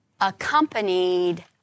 accompanied